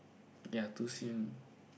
ya two seal